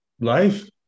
Life